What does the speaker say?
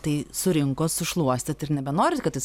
tai surinko sušluostyt ir nebenorit kad jis